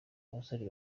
abasore